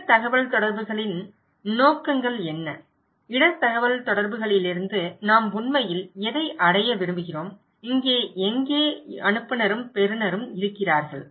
இடர் தகவல்தொடர்புகளின் நோக்கங்கள் என்ன இடர் தகவல்தொடர்புகளிலிருந்து நாம் உண்மையில் எதை அடைய விரும்புகிறோம் இங்கே எங்கே அனுப்புநரும் பெறுநரும் இருக்கிறார்கள்